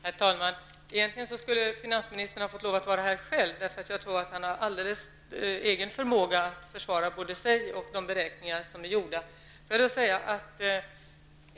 Herr talman! Egentligen skulle finansministern få lov att vara här själv. Jag tror att han har en alldeles egen förmåga att svara för både sig själv och de beräkningar som är gjorda.